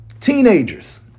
teenagers